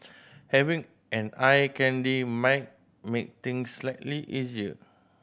having an eye candy might make things slightly easier